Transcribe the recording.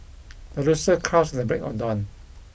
the rooster crows at the break on dawn